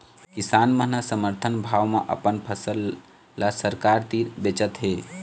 किसान मन ह समरथन भाव म अपन फसल ल सरकार तीर बेचत हे